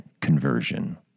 conversion